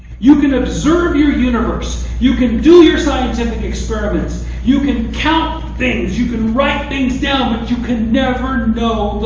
you can observe your universe. you can do your scientific experiments. you can count things. you can write things down. but you can never know the